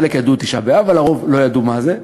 חלק ידעו, תשעה באב, הרוב לא ידעו מה זה.